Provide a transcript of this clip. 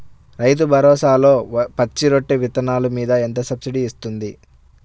రైతు భరోసాలో పచ్చి రొట్టె విత్తనాలు మీద ఎంత సబ్సిడీ ఇస్తుంది?